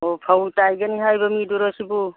ꯑꯣ ꯐꯧ ꯇꯥꯏꯒꯅꯤ ꯍꯥꯏꯕ ꯃꯤꯗꯨꯔꯣ ꯁꯤꯕꯨ